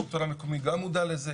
השלטון המקומי גם מודע לזה.